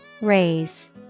Raise